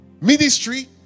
Ministry